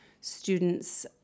students